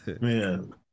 Man